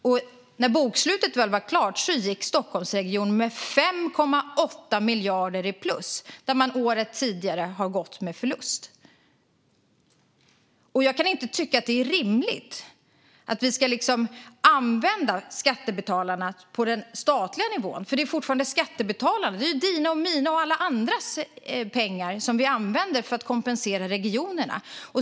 Och när bokslutet väl var klart gick Stockholmsregionen med plus 5,8 miljarder. Året tidigare hade man gått med förlust. Jag kan inte tycka att det är rimligt att vi ska använda skattebetalarnas pengar på den statliga nivån till detta. Det handlar fortfarande om skattebetalarna. Det är dina, mina och alla andras pengar som vi använder för att kompensera regionerna.